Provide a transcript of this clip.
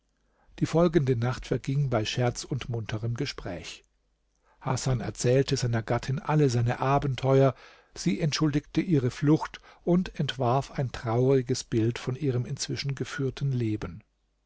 die folgende nacht verging bei scherz und munterem gespräch hasan erzählte seiner gattin alle seine abenteuer sie entschuldigte ihre flucht und entwarf ein trauriges bild von ihrem inzwischen geführten leben